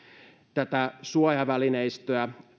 tätä suojavälineistöä